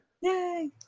Yay